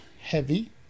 heavy